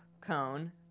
cone